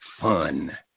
fun